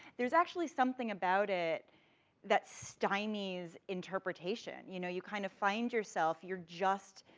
there's actually something about it that stymies interpretation, you know, you kind of find yourself, you're just,